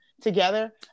together